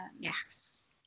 yes